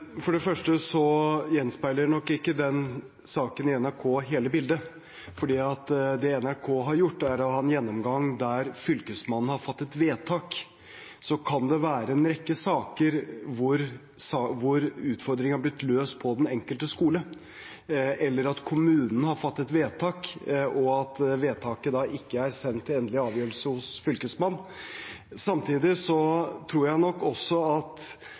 For det første gjenspeiler nok ikke saken i NRK hele bildet. Det NRK har gjort, er å ha en gjennomgang av saker der Fylkesmannen har fattet vedtak. Det kan være en rekke saker hvor utfordringene har blitt løst på den enkelte skole, eller hvor kommunen har fattet vedtak, og vedtaket ikke er sendt til endelig avgjørelse hos Fylkesmannen. Samtidig tror jeg nok også at